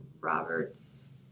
Robert's